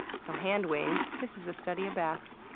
so hand-wing. this is the study of bats.